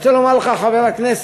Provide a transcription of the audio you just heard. אני רוצה לומר לך, חבר הכנסת